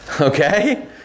Okay